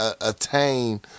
attain